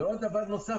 בנוסף,